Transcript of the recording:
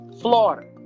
Florida